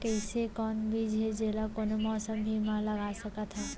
अइसे कौन बीज हे, जेला कोनो मौसम भी मा लगा सकत हन?